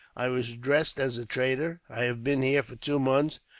i was dressed as a trader. i have been here for two months,